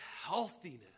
healthiness